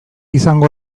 izango